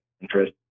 interest